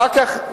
אחר כך,